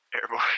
Airborne